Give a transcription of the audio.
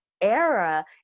era